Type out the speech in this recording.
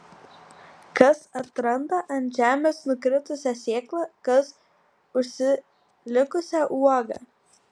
kas atranda ant žemės nukritusią sėklą kas užsilikusią uogą